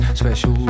special